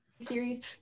series